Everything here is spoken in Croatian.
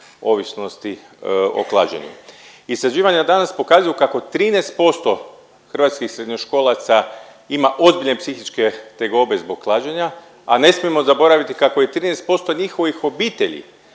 ovisnosti o klađenju. Istraživanja danas pokazuju kako 13% hrvatskih srednjoškolaca ima ozbiljne psihičke tegobe zbog klađenja, a ne smijemo zaboraviti kako je 13% njihovih obitelji